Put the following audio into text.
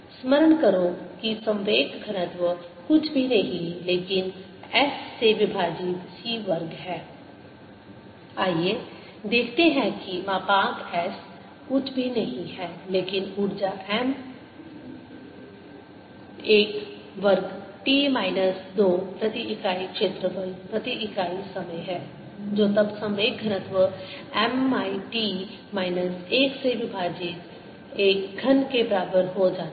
स्मरण करो कि संवेग घनत्व कुछ भी नहीं लेकिन s से विभाजित c वर्ग है आइये देखते हैं कि मापांक s कुछ भी नहीं है लेकिन ऊर्जा m l वर्ग t माइनस 2 प्रति इकाई क्षेत्रफल प्रति इकाई समय है जो तब संवेग घनत्व m l t माइनस 1 से विभाजित l घन के बराबर हो जाता है